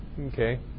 Okay